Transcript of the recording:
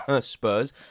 Spurs